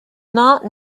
not